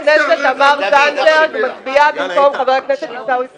--- חברת הכנסת תמר זנדברג מצביעה במקום חבר הכנסת עיסאווי פריג'.